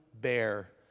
bear